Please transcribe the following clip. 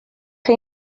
chi